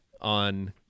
on